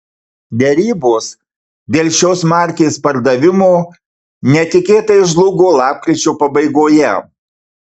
derybos dėl šios markės pardavimo netikėtai žlugo lapkričio pabaigoje